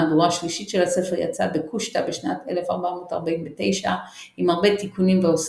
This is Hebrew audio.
מהדורה שלישית של הספר יצאה בקושטא בשנת 1449 עם הרבה תיקונים והוספות,